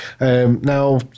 Now